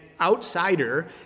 outsider